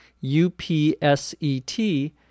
U-P-S-E-T